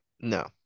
No